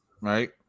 right